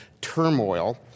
turmoil